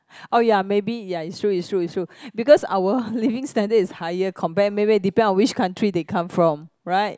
oh ya maybe ya it's true it's true it's true because our living standard is higher compare maybe depend on which country they come from right